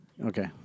Okay